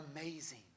amazing